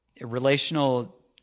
relational